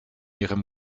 ihrem